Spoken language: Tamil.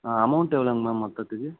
ஆ அமௌண்ட் எவ்வளோங்க மேம் மொத்தத்துக்கு